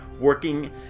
working